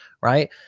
Right